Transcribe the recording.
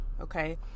Okay